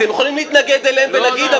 אתם יכולים להתנגד להם ולהגיד,